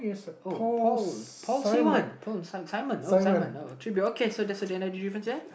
oh Paul Paul Siwan Simon oh Simon oh should be okay so that's the difference ya